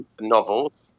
novels